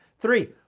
Three